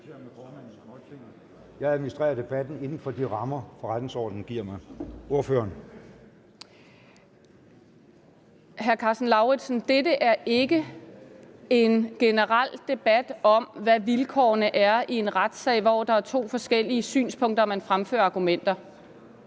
Jeg administrerer debatten inden for de rammer, forretningsordenen giver mig. Ordføreren. Kl. 10:46 Camilla Hersom (RV): Jeg vil gerne sige til hr. Karsten Lauritzen, at dette ikke er en generel debat om, hvad vilkårene er i en retssag, hvor der er to forskellige synspunkter og man fremfører argumenter.